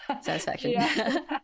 Satisfaction